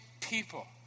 people